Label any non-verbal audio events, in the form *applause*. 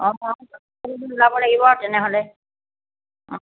অঁ অঁ *unintelligible* ওলাব লাগিব তেনেহ'লে অঁ